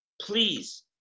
please